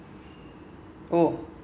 oh